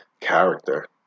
character